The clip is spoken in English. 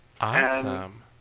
Awesome